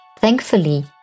Thankfully